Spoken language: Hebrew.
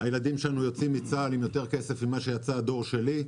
הילדים שלנו יוצאים מצה"ל עם יותר כסף ממה שהיה בדור שלי,